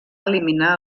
eliminar